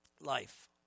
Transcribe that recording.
life